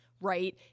right